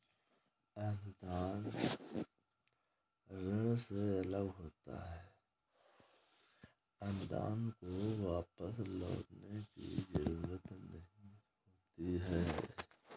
अनुदान ऋण से अलग होता है अनुदान को वापस लौटने की जरुरत नहीं होती है